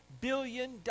billion